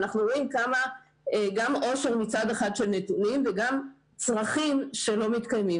ואנחנו רואים כמה גם עושר מצד של נתונים וגם צרכים שלא מתקיימים.